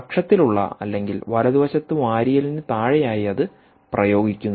കക്ഷത്തിലുള്ള അല്ലെങ്കിൽ വലതുവശത്ത് വാരിയെല്ലിന് താഴെയായി അത് പ്രയോഗിക്കുന്നു